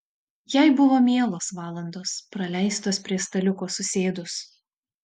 jai buvo mielos valandos praleistos prie staliuko susėdus